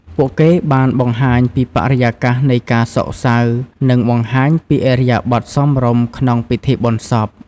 ពួកគេបានបង្ហាញពីបរិយាកាសនៃការសោកសៅ និងបង្ហាញពីឥរិយាបថសមរម្យក្នុងពិធីបុណ្យសព។